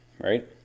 right